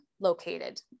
located